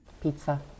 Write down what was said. pizza